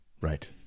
Right